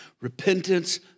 Repentance